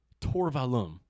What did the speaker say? Torvalum